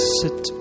sit